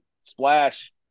splash